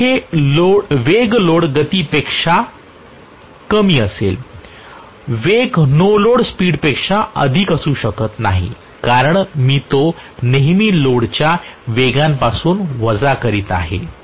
जेथे वेग लोड गतीपेक्षा कमी असेल वेग नो लोड स्पीडपेक्षा अधिक असू शकत नाही कारण मी तो नेहमी लोडच्या वेगापासून वजा करीत आहे